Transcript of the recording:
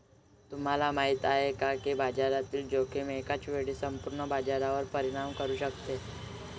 तुम्हाला माहिती आहे का की बाजारातील जोखीम एकाच वेळी संपूर्ण बाजारावर परिणाम करू शकते?